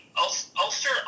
Ulster